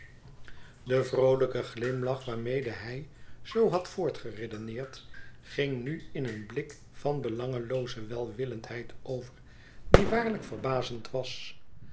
do vroolijke glimlach waarmede bij zoo had voortgeredeneerd ging nu in een blik van belangelooze welwillendheid over die waarlijk verbazend was